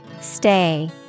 Stay